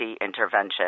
intervention